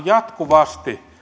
jatkuvasti